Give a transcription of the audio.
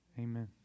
amen